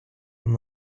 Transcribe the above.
and